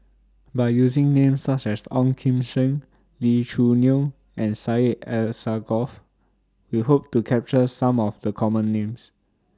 By using Names such as Ong Kim Seng Lee Choo Neo and Syed Alsagoff We Hope to capture Some of The Common Names